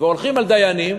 והולכים על דיינים,